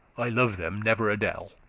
i love them never a del.